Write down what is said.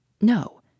No